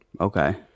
Okay